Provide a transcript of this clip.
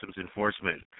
Enforcement